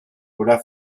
oder